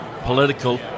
political